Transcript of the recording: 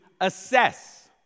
assess